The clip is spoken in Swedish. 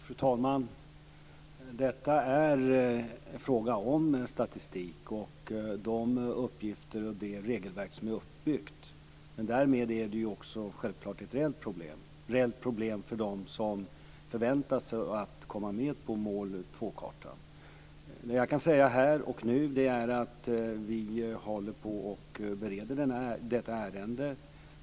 Fru talman! Detta är en fråga om statistik - om uppgifter och om det regelverk som är uppbyggt. Men därmed är det självklart också ett reellt problem, dvs. för dem som förväntar sig att komma med på mål 2-kartan. Det jag kan säga här och nu är att vi håller på och bereder detta ärende.